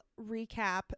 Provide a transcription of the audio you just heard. recap